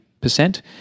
percent